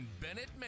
Bennett